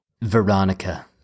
Veronica